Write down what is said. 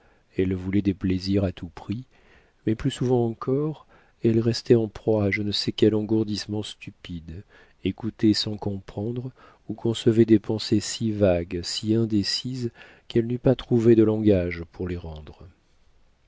elle voulait des plaisirs à tout prix mais plus souvent encore elle restait en proie à je ne sais quel engourdissement stupide écoutait sans comprendre ou concevait des pensées si vagues si indécises qu'elle n'eût pas trouvé de langage pour les rendre